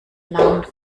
namen